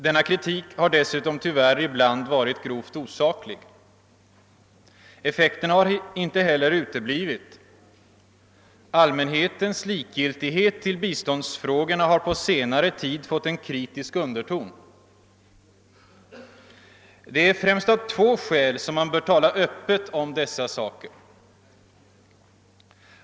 Denna kritik har dessutom tyvärr ibland varit grovt osaklig. Effekten har heller inte uteblivit. Allmänhetens likgiltighet till biståndsfrågorna har på senare tid fått en kritisk underton. Det är främst av två skäl som man bör tala öppet om dessa saker.